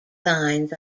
signs